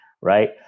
right